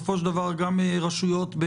גם רשויות,